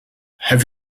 have